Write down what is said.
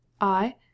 I